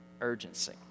urgency